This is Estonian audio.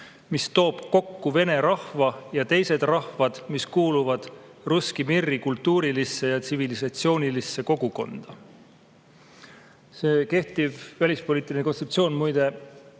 mis liidab vene rahva ja teised rahvad, kes kuuluvadrusski mir'ikultuurilisse ja tsivilisatsioonilisse kogukonda. See praegu kehtiv välispoliitiline kontseptsioon muide